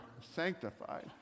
sanctified